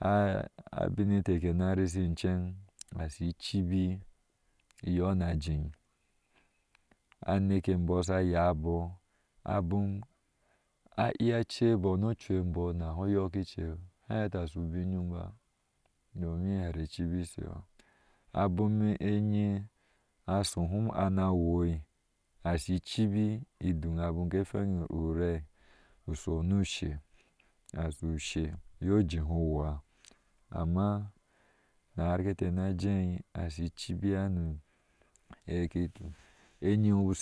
aɛi abin ete shena rishi icibi inceŋ. iyɔɔ na jee aneke imbɔɔ shayabo abom a iyea cebɔɔ ni ocu e bɔɔ naha yokice hati ashibin yom ba domin hera icibi sho abom enyee aso hum ana wo ashi icibi in doŋ abom kefan yir urai a sho ni ushe a su ushe yɔ jehu awoó amma narke te na jee ashi icibi hano yekituk eyaŋwoo